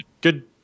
good